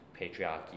patriarchy